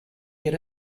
get